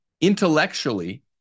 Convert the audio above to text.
intellectually